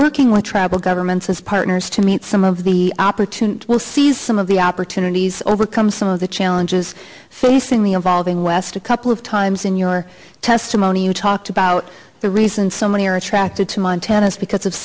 working with tribal governments as partners to meet some of the opportunity will seize some of the opportunities overcome some of the challenges facing the evolving west a couple of times in your testimony you talked about the reason so many are attracted to montana is because of